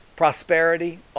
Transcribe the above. prosperity